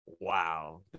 wow